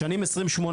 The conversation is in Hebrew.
בשנים 2018,